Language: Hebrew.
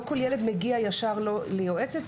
לא כל ילד מגיע ישר ליועצת,